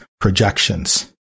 projections